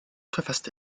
verfasste